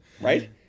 Right